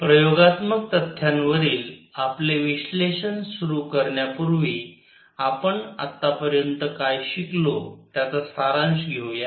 black body radiation IV Stefan's Boltzmann law प्रयोगात्मक तथ्यांवरील आपले विश्लेषण सुरू करण्यापूर्वी आपण आतापर्यंत काय शिकलो त्याचा सारांश घेऊया